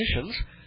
positions